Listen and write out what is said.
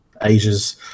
Asia's